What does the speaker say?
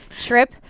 trip